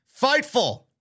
Fightful